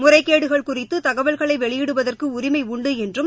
முறைகேடுகள் குறித்து தகவல்களை வெளியிடுவதற்கு உரிமை உண்டு என்றும்